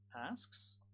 asks